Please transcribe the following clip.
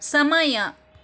ಸಮಯ